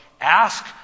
Ask